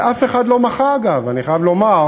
ואף אחד לא מחה, אגב, אני חייב לומר,